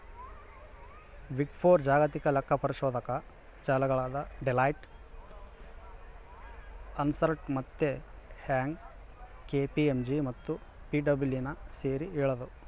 big four ಜಾಗತಿಕ ಲೆಕ್ಕಪರಿಶೋಧಕ ಜಾಲಗಳಾದ ಡೆಲಾಯ್ಟ್, ಅರ್ನ್ಸ್ಟ್ ಮತ್ತೆ ಯಂಗ್, ಕೆ.ಪಿ.ಎಂ.ಜಿ ಮತ್ತು ಪಿಡಬ್ಲ್ಯೂಸಿನ ಸೇರಿ ಹೇಳದು